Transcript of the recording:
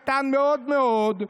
קטן מאוד מאוד,